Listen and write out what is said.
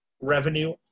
Revenue